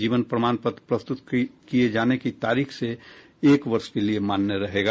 जीवन प्रमाण पत्र प्रस्तुत किये जाने की तारीख से एक वर्ष के लिए मान्य रहेगा